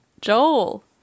Joel